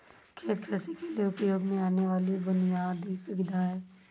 खेत कृषि के लिए उपयोग में आने वाली बुनयादी सुविधा है